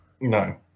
No